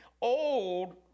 Old